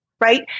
right